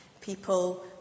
People